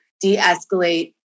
de-escalate